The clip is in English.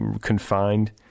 confined